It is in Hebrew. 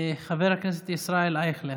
חבר הכנסת ישראל אייכלר.